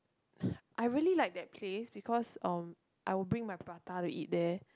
I really like that place because um I will bring my prata to eat there